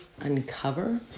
uncover